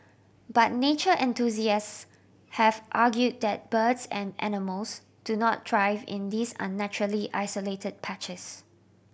but nature enthusiasts have argued that birds and animals do not thrive in these unnaturally isolated patches